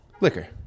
Liquor